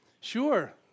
sure